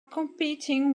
competing